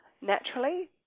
naturally